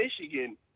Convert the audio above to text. Michigan